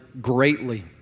greatly